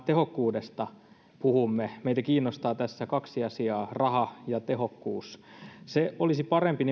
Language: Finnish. tehokkuudesta puhumme meitä kiinnostaa tässä kaksi asiaa raha ja tehokkuus olisi parempi